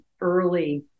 early